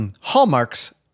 Hallmarks